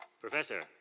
Professor